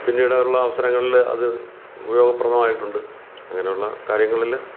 പിന്നീടുള്ള അവസരങ്ങളിൽ അത് ഉപയോഗപ്രദമായിട്ടുണ്ട് അങ്ങനെയുള്ള കാര്യങ്ങളിൽ